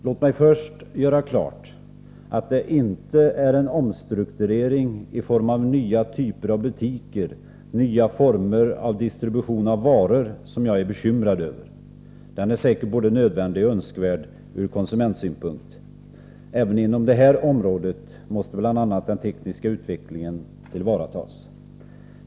Låt mig först göra klart att det inte är en omstrukturering som leder till nya typer av butiker eller nya former för distribution av varor som jag är bekymrad över. En sådan är säkert både nödvändig och önskvärd ur konsumentsynpunkt. Även inom det här området måste bl.a. den tekniska utvecklingen tillvaratas.